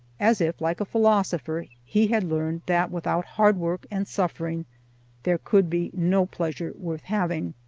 as if, like a philosopher, he had learned that without hard work and suffering there could be no pleasure worth having.